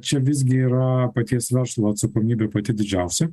čia visgi yra paties verslo atsakomybė pati didžiausia